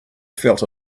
felt